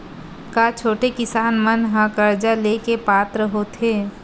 का छोटे किसान मन हा कर्जा ले के पात्र होथे?